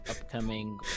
upcoming